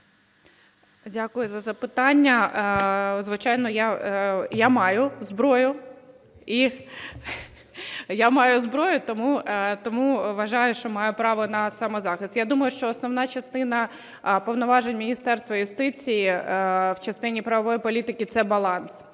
Дякую за запитання. Звичайно, я маю зброю. Я маю зброю, тому вважаю, що маю право на самозахист. Я думаю, що основна частина повноважень Міністерства юстиції в частині правової політики – це баланс.